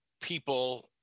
people